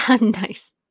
Nice